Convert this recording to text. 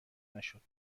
نشد